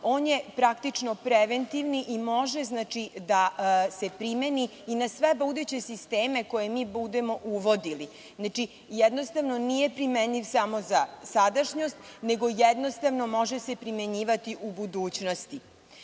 on je praktično preventivni i može da se primeni i na sve buduće sisteme koje mi budemo uvodili. Jednostavno, nije primenjiv samo za sadašnjost, nego se jednostavno može primenjivati i u budućnosti. Osim